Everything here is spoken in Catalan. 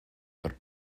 per